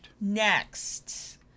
Next